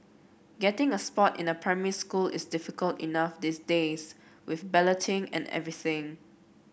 getting a spot in a primary school is difficult enough these days with balloting and everything